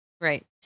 Right